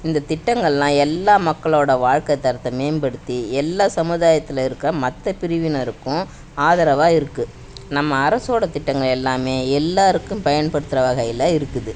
இந்த திட்டங்களெலாம் எல்லா மக்களோடய வாழ்க்கை தரத்தை மேம்படுத்தி எல்லா சமுதாயத்தில் இருக்கற மற்ற பிரிவினருக்கும் ஆதரவாக இருக்குது நம்ம அரசோடய திட்டங்கள் எல்லாமே எல்லோருக்கும் பயன்படுத்துகிற வகையில் இருக்குது